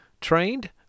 trained